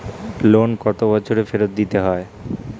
Loan কত বছরে ফেরত দিতে হয়?